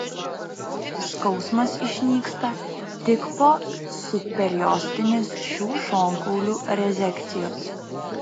skausmas išnyksta tik po subperiostinės šių šonkaulių rezekcijos